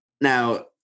now